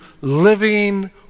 living